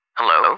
Hello